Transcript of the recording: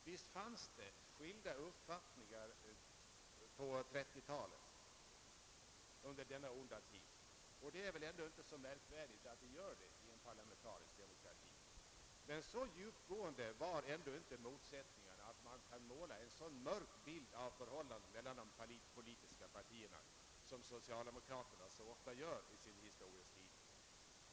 Visst fanns det skilda uppfattningar under denna onda tid, och det är väl inte så underligt i en parlamentarisk demokrati, men så djupgående var motsättningarna ändå inte att man kan måla en så mörk bild av förhållandet mellan de politiska partierna som socialdemokraterna så ofta gör i sin historieskriv ning.